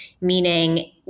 meaning